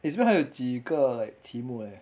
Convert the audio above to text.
eh 这边还有几个 like 题目 leh